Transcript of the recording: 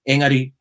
Engari